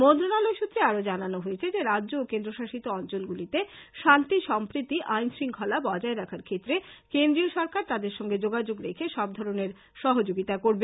মন্ত্রণালয় সূত্রে আরো জানানো হয়েছে যে রাজ্য ও কেন্দ্রশাসিত অঞ্চলগুলিতে শান্তি সম্প্রীতি আইন শঙ্খলা বজায় রাখার ক্ষেত্রে কেন্দ্রীয় সরকার তাদের সঙ্গে যোগাযোগ রেখে সবধরণের সহযোগিতা করবে